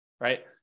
right